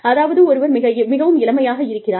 அதாவது ஒருவர் மிகவும் இளமையாக இருக்கிறார்